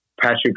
Patrick